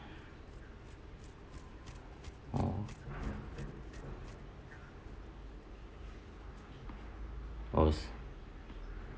oh or